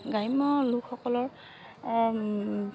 গ্ৰাম্য লোকসকলৰ